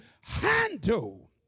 handle